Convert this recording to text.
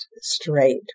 straight